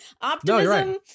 optimism